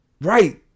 Right